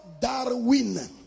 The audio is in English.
Darwin